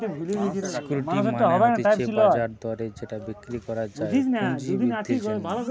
security মানে হতিছে বাজার দরে যেটা বিক্রি করা যায় পুঁজি বৃদ্ধির জন্যে